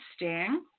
interesting